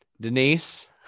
Denise